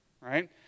right